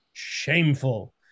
shameful